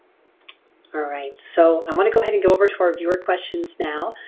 right so i want to go ahead and go over to our viewer questions now.